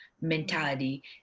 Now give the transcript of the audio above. mentality